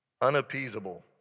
unappeasable